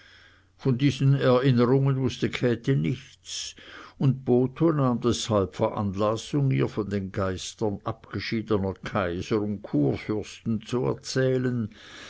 von diesen erinnerungen wußte käthe nichts und botho nahm deshalb veranlassung ihr von den geistern abgeschiedener kaiser und kurfürsten zu erzählen